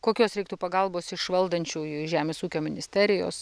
kokios reiktų pagalbos iš valdančiųjų žemės ūkio ministerijos